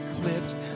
Eclipsed